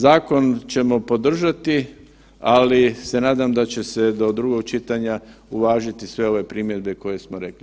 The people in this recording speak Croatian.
Zakon ćemo podržati, ali se nadam da će se do drugog čitanja uvažiti sve ove primjedbe koje smo rekli.